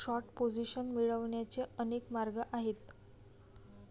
short position मिळवण्याचे अनेक मार्ग आहेत